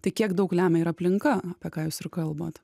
tai kiek daug lemia ir aplinka apie ką jūs ir kalbat